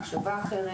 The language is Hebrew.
מדובר במחשבה אחרת,